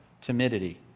Timidity